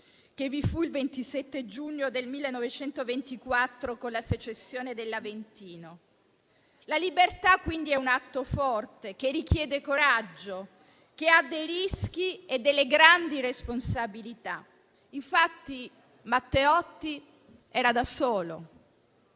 che vi fu il 27 giugno 1924, con la secessione dell'Aventino. La libertà, quindi, è un atto forte, che richiede coraggio e comporta rischi e grandi responsabilità. Matteotti era da solo